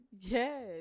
yes